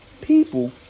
people